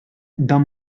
dame